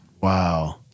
Wow